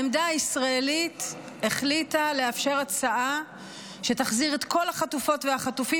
העמדה הישראלית החליטה לאפשר הצעה שתחזיר את כל החטופות והחטופים,